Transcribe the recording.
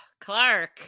Clark